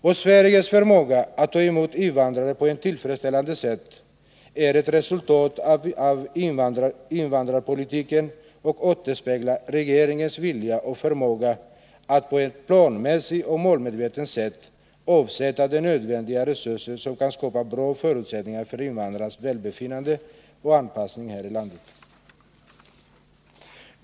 Och Sveriges förmåga att ta emot invandrare på ett tillfredsställande sätt är ett resultat av invandrarpolitiken och återspeglar regeringens vilja och förmåga att, på ett planmässigt och målmedvetet sätt, avsätta de nödvändiga resurser som kan skapa bra förutsättningar för invandrarnas välbefinnande och anpassning här i landet.